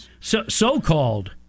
so-called